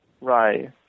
Right